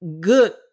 good